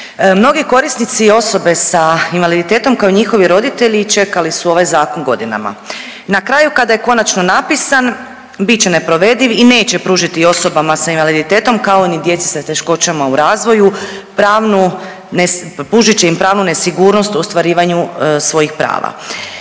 mnogi korisnici osobe sa invaliditetom, kao i njihovi roditelji čekali su ovaj zakon godinama i na kraju kada je konačno napisan bit će neprovediv i neće pružiti osobama sa invaliditetom, kao ni djeci s teškoćama u razvoju pravnu nes…, pružit će im pravnu nesigurnost u ostvarivanju svojih prava.